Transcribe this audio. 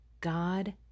God